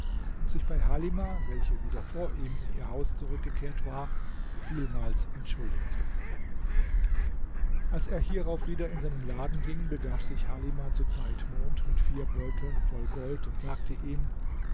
und sich bei halimah welche wieder vor ihm in ihr haus zurückgekehrt war vielmals entschuldigte als er hierauf wieder in seinen laden ging begab sich halimah zu zeitmond mit vier beuteln voll gold und sagte ihm